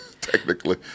Technically